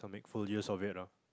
full use of it lah